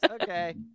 Okay